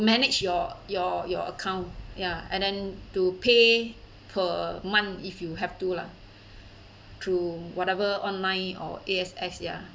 manage your your your account ya and then to pay per month if you have to lah through whatever online or A_X_S ya